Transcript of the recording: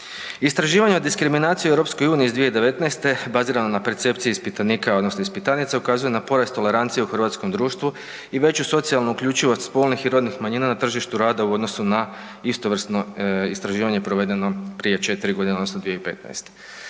Istraživanja diskriminacije u EU iz 2019. bazirano na percepciji ispitanika odnosno ispitanica ukazuje na porast tolerancije u hrvatskom društvu i veću socijalnu uključivost spolnih i rodnih manjina na tržištu rada u odnosu na istovrsno istraživanje provedeno prije 4 godine odnosno 2015.